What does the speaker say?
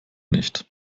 nicht